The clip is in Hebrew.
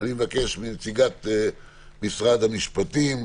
אני מבקש מנציגת משרד המשפטים,